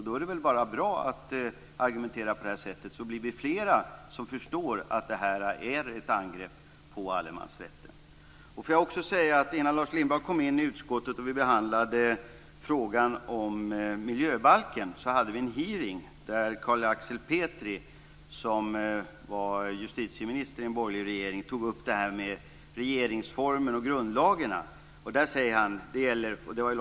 Då är det väl bara bra att argumentera på det sättet så att vi blir fler som förstår att det är ett angrepp på allemansrätten. Innan Lars Lindblad kom in i utskottet behandlade vi frågan om miljöbalken. Vi hade då en hearing där Carl Axel Petri, som var justitieminister i en borgerlig regeringen, tog upp regeringsformen och grundlagarna. Det har Lars Lindblad varit inne på tidigare.